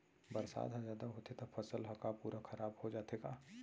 बरसात ह जादा होथे त फसल ह का पूरा खराब हो जाथे का?